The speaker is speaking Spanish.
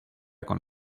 con